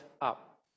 up